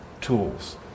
tools